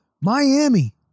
Miami